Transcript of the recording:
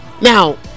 Now